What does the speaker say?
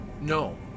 No